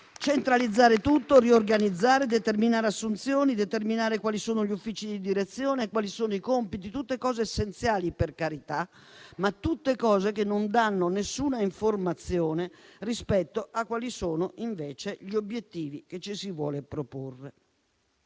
centralizzare tutto, riorganizzare, determinare assunzioni, determinare quali sono gli uffici di direzione, quali sono i compiti. Sono tutte cose essenziali, per carità, ma che non danno alcuna informazione rispetto a quali sono invece gli obiettivi che ci si vuole proporre.